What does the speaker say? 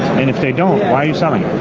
and if they don't, why are you selling